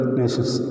nations